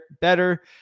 better